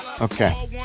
Okay